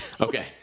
Okay